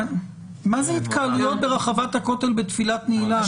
מה זה התקהלויות ברחבת הכותל בתפילת נעילה?